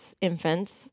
infants